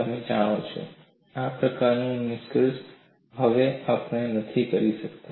તમે જાણો છો આ પ્રકારનું નિષ્કર્ષ આપણે હવે નથી કરી શકતા